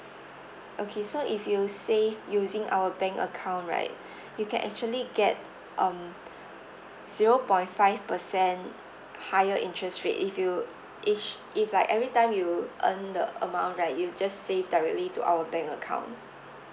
okay so if you save using our bank account right you can actually get um zero point five percent higher interest rate if you each if like every time you earn the amount right you just save directly to our bank account